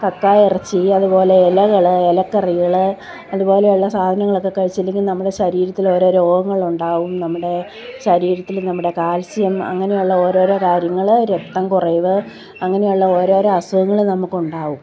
കക്കയിറച്ചി അതു പോലെ ഇലകൾ ഇലക്കറികൾ അതു പോലെയുള്ള സാധനങ്ങളൊക്കെ കഴിച്ചില്ലെങ്കിൽ നമ്മുടെ ശരീരത്തിൽ ഓരോ രോഗങ്ങളുണ്ടാകും നമ്മുടെ ശരീരത്തിൽ നമ്മുടെ കാൽസ്യം അങ്ങനെയുള്ള ഓരോരോ കാര്യങ്ങൾ രക്തം കുറവ് അങ്ങനെയുള്ള ഓരോരോ അസുഖങ്ങൾ നമുക്കുണ്ടാകും